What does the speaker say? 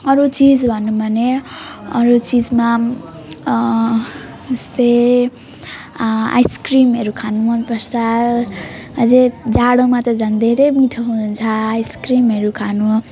अब चिज भनौँ भने अरू चिजमा जस्तै आइसक्रिमहरू खानु मन पर्छ अझ जाडोमा त झन् धेरै मिठो हुन्छ आइसक्रिमहरू खानु